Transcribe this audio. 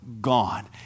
gone